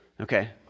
Okay